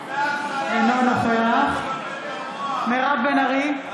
אינו נוכח מירב בן ארי,